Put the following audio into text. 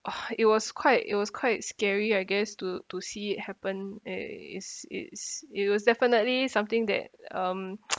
!wah! it was quite it was quite scary I guess to to see it happen uh is is it was definitely something that um